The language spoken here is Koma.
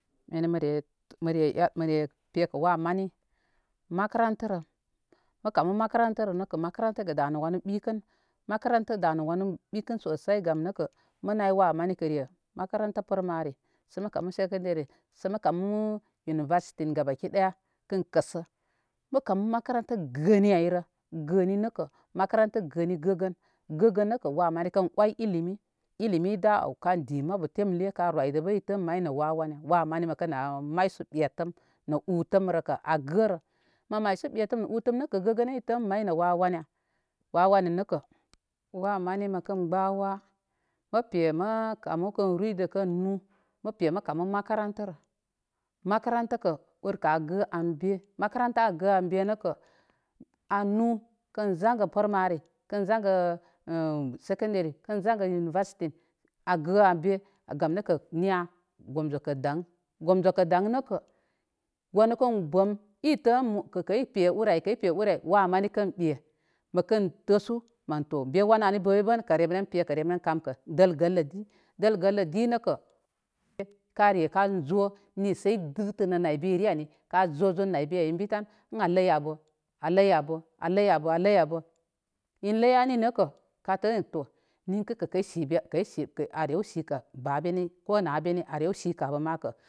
Mene mə re pekə wa mani makarantarə. Mə kamu makarantarə zanga nəkə makaranta da nə wanu ɓikən makaranta da nə wanu ɓikən sosai gam nəkə mə nay wa məni kə re makaranta primary sə mə kamu sekandari səmə kamu universtin gabaki ɗaya kən kəsə mə kamu makaranta gəni ayrə. Gəni nəkə makaranta gəni kə gəgən. Gəgən nəkə wa mani kən oy ilimi, ilimi i da awka di mabu temle ka roydəbə i ən may nə wa wanna? Wa mani məkə nə maysu ɓetəm nə utəm rə kə a gərə mə maysu ɓetəm nə utəm bəkə gəgə i tə ən may nə wa wanna? Wa wanna nəkə wa mani makən gbə wa' mə pe mə kamə kən ruydə kən nu matrn pe mə kamu makarantarə. Makaranta kə urkə a gə an be. makaranta an be nəkə an nu kən zangə primary, kən zangə univastin a gə an be gam nəkə niya gomzokə daŋ. Gomzokə daŋ nəkə wann kən bəm i tə in mo kə kə i pe ur kə i pe ur ay wa mani kən ɓe, məkən təsu mən to be wanan bəmi bən kə kəreməren pekə reməren kamkə dəl gəllə di. Dəl gəllə di nəkə kare ka zo nisə i dətənə naybəy re ani. Ka zo zon naybi ən ay be tan in a ləy abə a ləy abə a lə abə. in ləy ani nəkə ka tə in to nankə kə i si be kə i si, a ren sikə ba beni ko na beni a rew sikə abə ma.